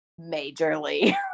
majorly